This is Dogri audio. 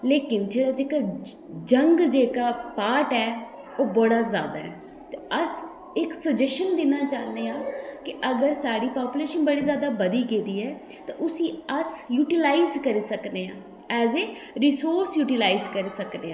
लेकिन जेह्के यंग जेह्का पार्ट ऐ ओह् बड़ा जादा ऐ ते अस इक्क सजेशन देना चाह्न्ने आं कि अगर साढ़ी पॉपूलेशन जादा बधी गेदी ऐ ते उसी अस यूटीलाईज करी सकने आं एज ए रीसोर्स यूटीलाईज करी सकने आं